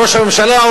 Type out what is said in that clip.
ראש הממשלה,